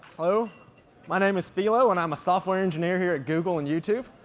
ah my name is philo, and i'm a software engineer here at google and youtube.